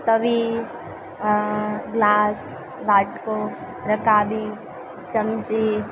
તવી glass વાટકો રકાબી ચમચી